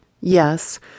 Yes